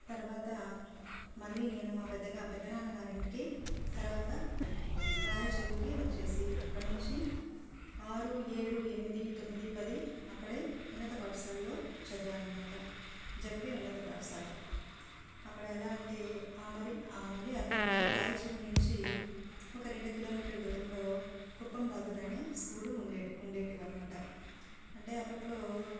తర్వాత మళ్ళీ నేను మా పెద్దగా పెద్ద నాన్న గారి ఇంటికి తర్వాత రాయల చెరువుకి వచ్చేసి అక్కడ నుంచి ఆరు ఏడు ఎనిమిది తొమ్మిది పది అక్కడే ఉన్నత పాఠశాలలో చదవాను అన్నమాట జెడ్పీ ఉన్నత పాఠశాల అక్కడ ఎలా అంటే ఆ మరి మళ్ళీ అక్కడ నుంచి రాయల చెరువు నుంచి ఒక రెండు కిలోమీటర్ల దూరంలో కుప్పం బహదూర్ అనే స్కూల్ ఉండేది ఉండేవి అన్నమాట అంటే అప్పట్లో